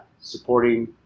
supporting